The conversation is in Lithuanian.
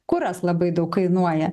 kuras labai daug kainuoja